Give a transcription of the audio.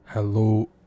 Hello